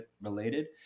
related